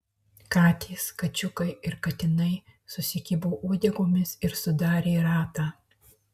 katės kačiukai ir katinai susikibo uodegomis ir sudarė ratą